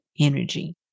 energy